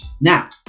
Now